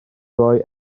roi